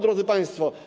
Drodzy Państwo!